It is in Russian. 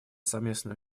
совместные